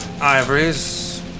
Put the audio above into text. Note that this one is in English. ivories